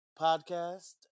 podcast